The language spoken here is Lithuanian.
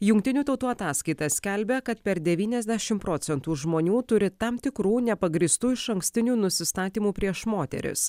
jungtinių tautų ataskaita skelbia kad per devyniasdešimt procentų žmonių turi tam tikrų nepagrįstų išankstinių nusistatymų prieš moteris